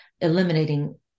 eliminating